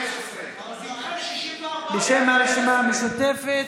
בשם הרשימה המשותפת,